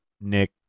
Nick